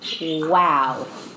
Wow